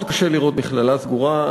מאוד קשה לראות מכללה סגורה.